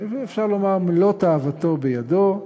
אפשר לומר, כשמלוא תאוותו בידו.